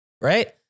right